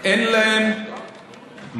אין להן מקום.